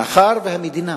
מאחר שהמדינה